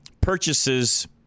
purchases